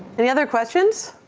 any other questions?